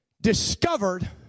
discovered